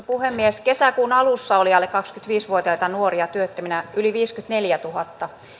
puhemies kesäkuun alussa oli alle kaksikymmentäviisi vuotiaita nuoria työttöminä yli viisikymmentäneljätuhatta